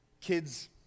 kids